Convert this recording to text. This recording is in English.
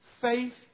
faith